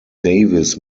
davis